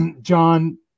John